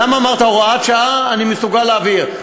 למה אמרת: הוראת שעה אני מסוגל להעביר,